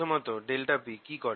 প্রথমত ∆p কি করে